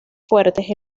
fuertes